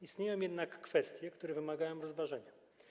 Istnieją jednak kwestie, które wymagają rozważenia.